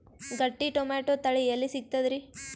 ಗಟ್ಟಿ ಟೊಮೇಟೊ ತಳಿ ಎಲ್ಲಿ ಸಿಗ್ತರಿ?